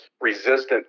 resistant